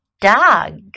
dog